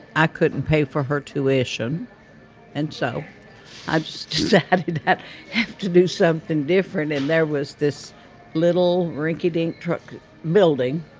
i couldn't pay for her tuition and so i just decided i had to do something different and there was this little rinky dink truck building.